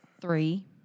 three